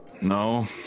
no